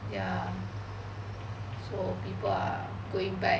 ya so people are going back